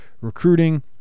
recruiting